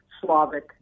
Slavic